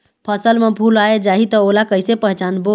फसल म फूल आ जाही त ओला कइसे पहचानबो?